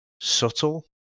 subtle